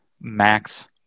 Max